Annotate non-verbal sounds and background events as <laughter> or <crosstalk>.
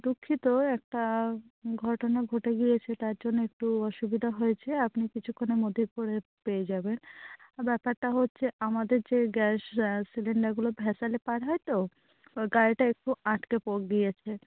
দুঃখিত একটা ঘটনা ঘটে গিয়েছে তার জন্য একটু অসুবিধা হয়েছে আপনি কিছুক্ষণের মধ্যেই পরে পেয়ে যাবেন ব্যাপারটা হচ্ছে আমাদের যে গ্যাস সিলিন্ডারগুলো ভেসেলে পার হয় তো ও গাড়িটা একটু আটকে <unintelligible> গিয়েছে